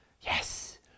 yes